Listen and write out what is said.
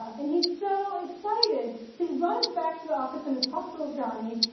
and he's so excited that he runs back to the office in his hospital johnny.